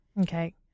Okay